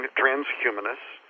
transhumanists